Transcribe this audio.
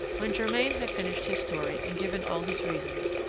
when germain had finished his story and given all his reasons,